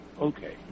okay